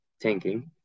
tanking